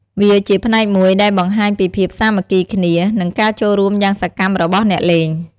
វាជាផ្នែកមួយដែលបង្ហាញពីភាពសាមគ្គីគ្នា និងការចូលរួមយ៉ាងសកម្មរបស់អ្នកលេង។